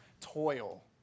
toil